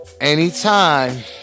Anytime